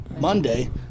Monday